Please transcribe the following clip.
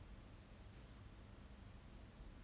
like even then I was a bit paiseh to ask my parents for money already